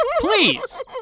Please